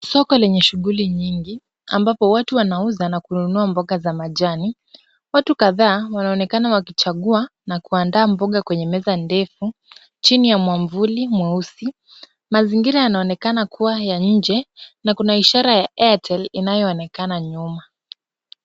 Soko lenye shughuli nyingi ambapo watu wanauza na kununua mboga za majani. Watu kadhaa wanaonekana wakichagua na kuandaa mboga kwenye meza ndefu chini ya mwavuli mweusi. Mazingira yanaonekana kuwa ya nje na kuna ishara ya Airtel inayoonekana nyuma.